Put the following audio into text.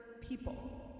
people